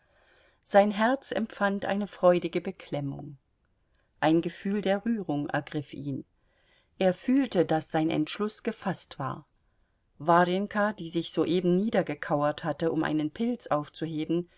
sein herz empfand eine freudige beklemmung ein gefühl der rührung ergriff ihn er fühlte daß sein entschluß gefaßt war warjenka die sich soeben niedergekauert hatte um einen pilz aufzuheben